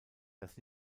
dass